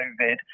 Covid